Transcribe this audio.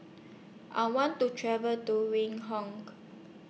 I want to travel to Windhoek